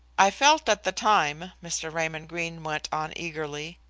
i felt at the time, mr. raymond greene went on eagerly,